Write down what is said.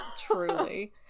Truly